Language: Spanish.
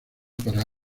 para